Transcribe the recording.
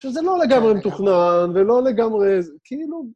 שזה לא לגמרי מתוכנן, ולא לגמרי... כאילו...